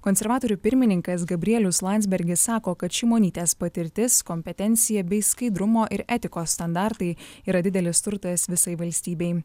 konservatorių pirmininkas gabrielius landsbergis sako kad šimonytės patirtis kompetencija bei skaidrumo ir etikos standartai yra didelis turtas visai valstybei